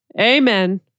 Amen